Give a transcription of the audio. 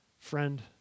friend